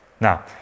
Now